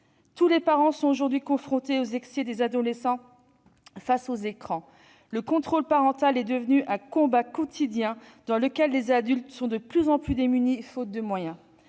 Tous les parents sont aujourd'hui confrontés aux excès dans l'usage du numérique par les adolescents. Le contrôle parental est devenu un combat quotidien, dans lequel les adultes sont de plus en plus démunis, faute de moyens.